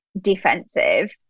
defensive